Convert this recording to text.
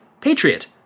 patriot